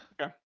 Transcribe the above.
Okay